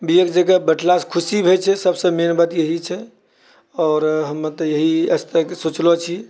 भी एक जगह बैठलासँ खुशी होइत छै सभसँ मेन बात यही छै आओर हमे तऽ यही ऐसे तरहकऽ सोचलो छी